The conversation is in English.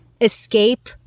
escape